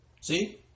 See